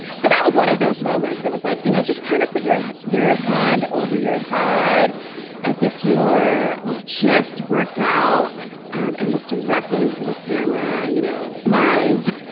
so that was one of those moments. it was like, you know, just kind of put your your hand over your head as if you are you've just worked out and looked directly into the camera, you know, surmise